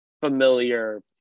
familiar